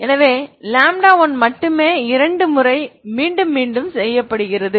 எனவே 1மட்டுமே இரண்டு முறை மீண்டும் மீண்டும் செய்யப்படுகிறது